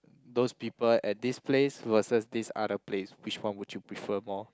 those people at this place versus this other place which one would you prefer more